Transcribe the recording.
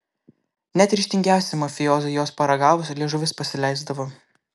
net ryžtingiausiam mafiozui jos paragavus liežuvis pasileisdavo